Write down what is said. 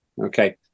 okay